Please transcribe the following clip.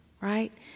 right